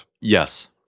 Yes